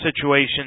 situation